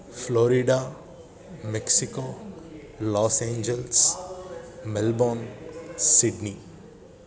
Florida Mexico Los Angeles Melbourne Sydney